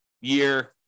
year